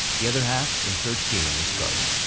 the other half interred here in this garden.